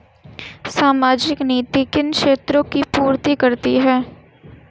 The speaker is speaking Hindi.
सामाजिक नीति किन क्षेत्रों की पूर्ति करती है?